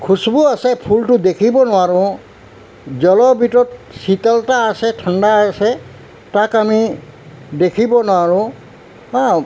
খুচবু আছে ফুলটো দেখিব নোৱাৰোঁ জলৰ ভিতৰত শীতলতা আছে ঠাণ্ডা আছে তাক আমি দেখিব নোৱাৰোঁ হা